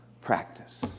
practice